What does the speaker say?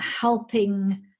helping